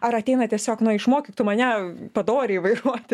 ar ateina tiesiog na išmokyk tu mane padoriai vairuoti